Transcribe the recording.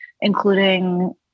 including